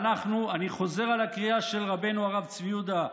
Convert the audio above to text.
אני חוזר על הקריאה של רבנו הרב צבי יהודה,